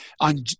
on